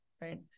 Right